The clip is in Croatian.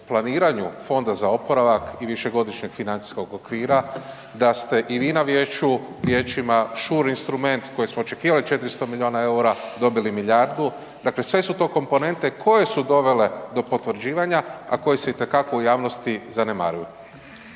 planiranju Fonda za oporavak i Višegodišnjeg financijskog okvira, da ste i vi na vijećima SURE instrument koji smo očekivali 400 milijuna eura dobili milijardu, dakle sve su to komponente koje su dovele do potvrđivanja, a koje se itekako u javnosti zanemaruju.